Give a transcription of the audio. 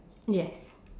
yes